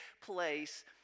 place